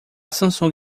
samsung